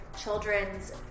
children's